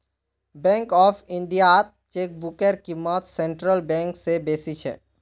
bank of इंडियात चेकबुकेर क़ीमत सेंट्रल बैंक स बेसी छेक